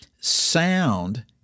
sound